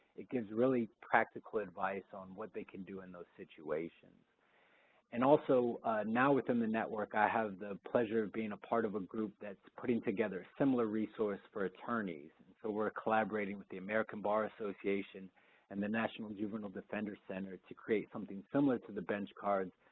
it gives really practical advice on what they can do in those situations and also now within the network i have the pleasure of being a part of a group that's putting together a similar resource for attorneys and so we're collaborating with the american bar association and the national juvenile defender center to create something similar to the bench cards,